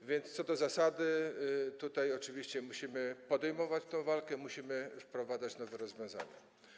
A więc co do zasady oczywiście musimy podejmować tę walkę, musimy wprowadzać nowe rozwiązania.